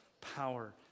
power